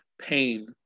pain